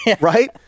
right